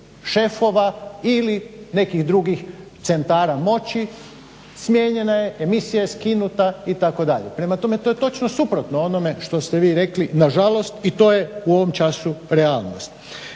šefova ili nekih drugih centara moći. Smijenjena je, emisija je skinuta itd. Prema tome to je točno suprotno onome što ste vi rekli nažalost i to je u ovom času realnost.